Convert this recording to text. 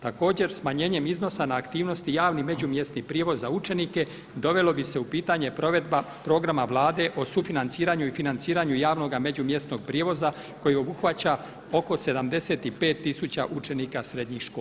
Također smanjenjem iznosa na aktivnosti javni i međumjesnih prijevoza učenika dovelo bi se u pitanje provedba programa Vlade o sufinanciranju i financiranju javnoga međumjesnog prijevoza koji obuhvaća oko 75 tisuća učenika srednjih škola.